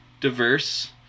diverse